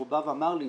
שהוא בא ואמר לי,